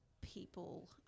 people